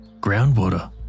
Groundwater